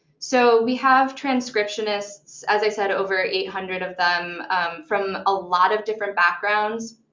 so we have transcriptionists as i said, over eight hundred of them from a lot of different backgrounds.